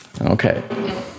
Okay